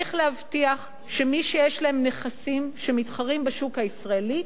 צריך להבטיח שמי שיש להם נכסים שמתחרים בשוק הישראלי,